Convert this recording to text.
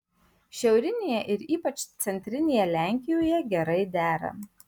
šiaurinėje ir ypač centrinėje lenkijoje gerai dera